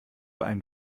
einen